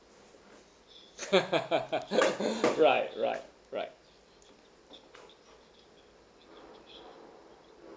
right right right